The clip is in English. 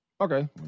Okay